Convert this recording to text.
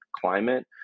climate